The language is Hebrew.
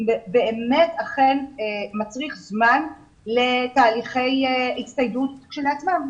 באמת אכן מצריך זמן לתהליכי הצטיידות לכשעצמם.